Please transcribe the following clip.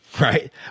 Right